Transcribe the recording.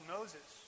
Moses